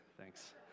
Thanks